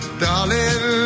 darling